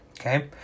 okay